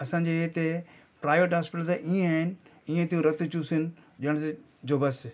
असांजे हिते private hospital त ईअं आहिनि ईअं त रक्त थियूं चूसनि ॼण जो बसि